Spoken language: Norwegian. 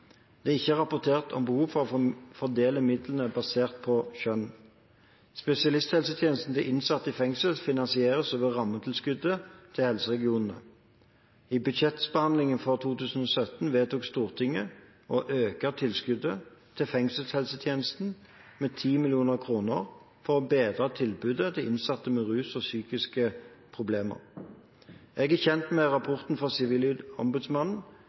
Det er ikke rapportert om behov for å fordele midlene basert på kjønn. Spesialisthelsetjenester til innsatte i fengsel finansieres over rammetilskuddet til helseregionen. I budsjettbehandlingen for 2017 vedtok Stortinget å øke tilskuddet til fengselshelsetjenesten med 10 mill. kr for å bedre tilbudet til innsatte med rusproblemer og psykiske problemer. Jeg er kjent med rapporten fra Sivilombudsmannen,